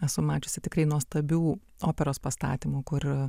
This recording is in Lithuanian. esu mačiusi tikrai nuostabių operos pastatymų kur